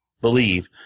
believe